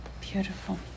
beautiful